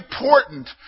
important